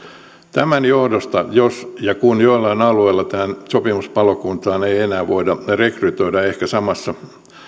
tämän johdosta jos ja kun joillain alueilla sopimuspalokuntaan ei enää voida rekrytoida ehkä samoissa